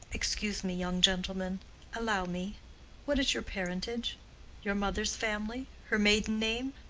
excuse me, young gentleman allow me what is your parentage your mother's family her maiden name?